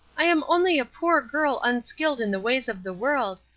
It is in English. i am only a poor girl unskilled in the ways of the world,